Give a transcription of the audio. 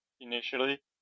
initially